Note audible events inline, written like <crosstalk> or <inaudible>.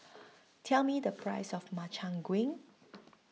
<noise> Tell Me The Price of Makchang Gui